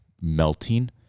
melting